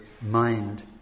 mind